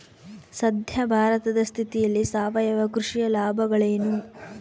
ಸದ್ಯ ಭಾರತದ ಸ್ಥಿತಿಯಲ್ಲಿ ಸಾವಯವ ಕೃಷಿಯ ಲಾಭಗಳೇನು?